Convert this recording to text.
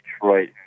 Detroit